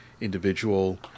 individual